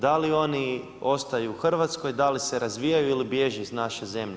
Da li oni ostaju u Hrvatskoj, da li se razvijaju ili bježe iz naše zemlje.